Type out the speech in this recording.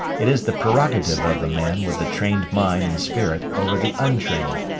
it is the prerogative of the man with the trained mind and spirit over the untrained,